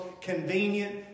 convenient